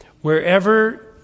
Wherever